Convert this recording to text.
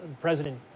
President